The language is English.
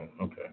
Okay